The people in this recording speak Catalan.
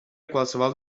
qualsevol